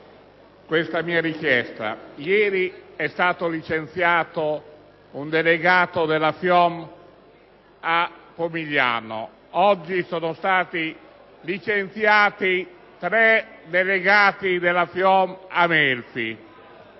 Ieri è stato licenziato un delegato della FIOM a Pomigliano, oggi sono stati licenziati tre delegati della FIOM a Melfi.